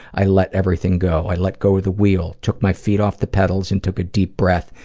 i let everything go. i let go of the wheel, took my feet off the pedals, and took a deep breath,